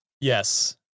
Yes